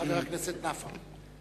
ולחבר הכנסת נפאע.